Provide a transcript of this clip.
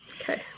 Okay